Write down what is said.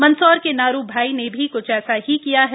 मंदसौर के नारू भाई ने भी क्छ ऐसा ही किया है